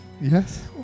Yes